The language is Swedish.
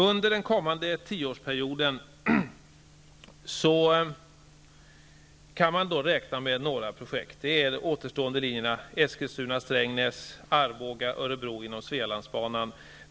Under kommande tioårsperiod kan man räkna med några projekt, nämligen de återstående linjerna Svealandsbanan.